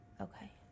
Okay